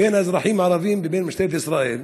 בין האזרחים הערבים לבין משטרת ישראל.